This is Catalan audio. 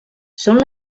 són